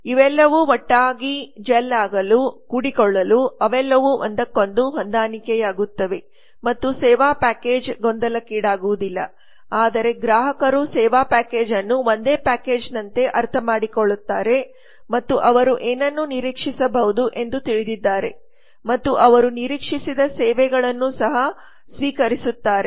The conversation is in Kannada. ಇವೆಲ್ಲವೂ ಒಟ್ಟಿಗೆ ಜೆಲ್ ಆಗಲು ಅವೆಲ್ಲವೂ ಒಂದಕ್ಕೊಂದು ಹೊಂದಾಣಿಕೆಯಾಗುತ್ತವೆ ಮತ್ತು ಸೇವಾ ಪ್ಯಾಕೇಜ್ ಗೊಂದಲಕ್ಕೀಡಾಗುವುದಿಲ್ಲ ಆದರೆ ಗ್ರಾಹಕರು ಸೇವಾ ಪ್ಯಾಕೇಜ್ ಅನ್ನು ಒಂದೇ ಪ್ಯಾಕೇಜ್ನಂತೆ ಅರ್ಥಮಾಡಿಕೊಳ್ಳುತ್ತಾರೆ ಮತ್ತು ಅವರು ಏನನ್ನು ನಿರೀಕ್ಷಿಸಬಹುದು ಎಂದು ತಿಳಿದಿದ್ದಾರೆಮತ್ತು ಅವರುನಿರೀಕ್ಷಿಸಿದಸೇವೆಗಳನ್ನು ಸಹ ಸ್ವೀಕರಿಸುತ್ತಾರೆ